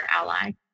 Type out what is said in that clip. ally